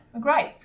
great